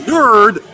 Nerd